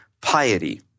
piety